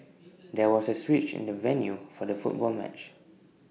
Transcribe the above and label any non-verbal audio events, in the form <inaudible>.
<noise> there was A switch in the venue for the football match